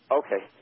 okay